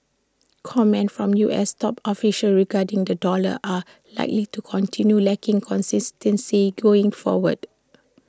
comments from U S top officials regarding the dollar are likely to continue lacking consistency going forward